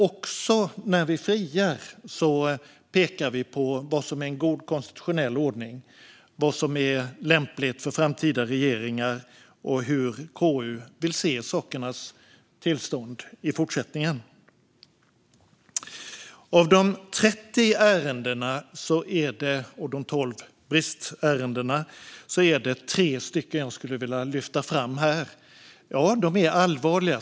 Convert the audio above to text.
Också när vi friar pekar vi på vad som är en god konstitutionell ordning, vad som är lämpligt för framtida regeringar och hur KU vill se sakernas tillstånd i fortsättningen. Av de 30 ärendena och de 12 bristärendena är det tre som jag skulle vilja lyfta fram här. De är allvarligast.